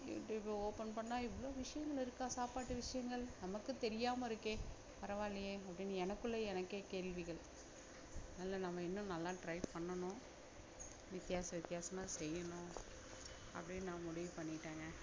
யூடியூபை open பண்ணா இவ்வளோ விஷயங்கள் இருக்கா சாப்பாட்டு விஷயங்கள் நமக்கு தெரியாமல் இருக்கே பரவாயில்லையே அப்படின்னு எனக்குள்ளேயே எனக்கே கேள்விகள் அதில் நம்ம இன்னும் நல்லா ட்ரை பண்ணணும் வித்தியாசம் வித்தியாசமாக செய்யணும் அப்படின்னு நான் முடிவு பண்ணிவிட்டேங்க